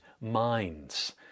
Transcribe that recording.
minds